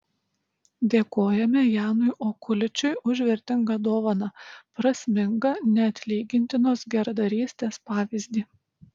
dėkojame janui okuličiui už vertingą dovaną prasmingą neatlygintinos geradarystės pavyzdį